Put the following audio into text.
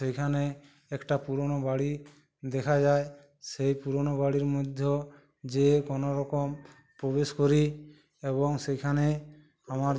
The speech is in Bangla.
সেইখানে একটা পুরোনো বাড়ি দেখা যায় সেই পুরোনো বাড়ির মধ্যেও যেয়ে কোনো রকম প্রবেশ করি এবং সেইখানে আমার